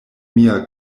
mia